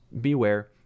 beware